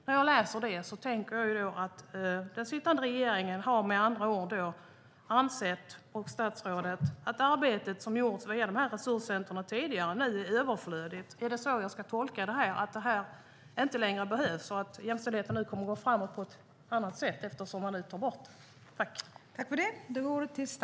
När jag läser det här tänker jag att den sittande regeringen och statsrådet med andra ord har ansett att arbetet som tidigare gjorts vid de här resurscentrumen nu är överflödigt. Ska jag tolka det som att det inte längre behövs och att jämställdheten nu kommer att gå framåt på ett annat sätt, eftersom man nu tar bort det?